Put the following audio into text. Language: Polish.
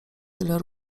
tyle